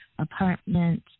apartment